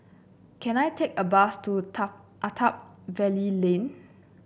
can I take a bus to Attap Valley Lane